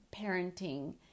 parenting